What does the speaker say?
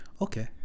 Okay